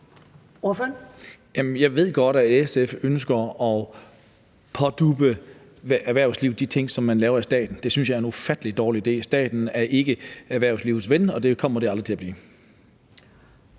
jeg ved godt, at SF ønsker at pådutte erhvervslivet de ting, som man laver i staten. Det synes jeg er en ufattelig dårlig idé. Staten er ikke erhvervslivets ven, og det kommer den aldrig til at blive.